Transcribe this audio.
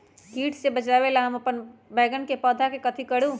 किट से बचावला हम अपन बैंगन के पौधा के कथी करू?